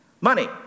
money